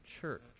church